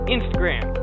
Instagram